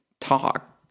talk